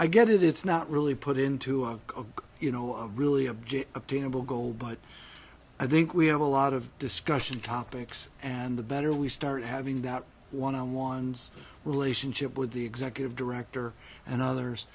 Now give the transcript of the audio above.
i get it it's not really put into a you know a really object obtainable goal but i think we have a lot of discussion topics and the better we start having that one on ones relationship with the executive director and others